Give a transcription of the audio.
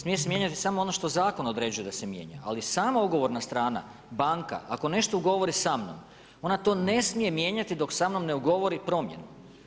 Smije se mijenjati samo ono što zakon određuje da se mijenja, ali samo ugovorna strana, banka ako nešto ugovori sa mnom ona to ne smije mijenjati dok sa mnom ne ugovori promjenu.